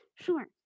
Sure